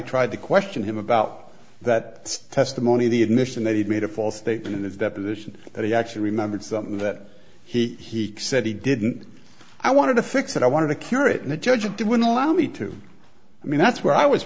tried to question him about that testimony the admission that he made a false statement in his deposition that he actually remembered something that he said he didn't i wanted to fix it i wanted to cure it and the judge did would allow me to i mean that's where i was